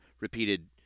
repeated